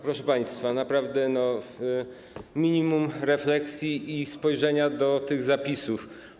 Proszę państwa, naprawdę minimum refleksji i spojrzenia na te zapisy.